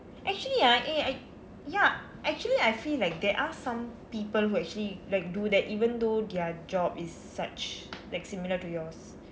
actually ah eh I ya actually I feel like there ares ome people who actually like do that even though their job is such like similar to yours